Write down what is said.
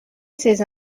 ses